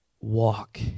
walk